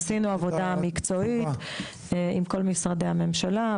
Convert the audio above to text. עשינו עבודה מקצועית עם כל משרדי הממשלה,